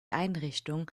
einrichtung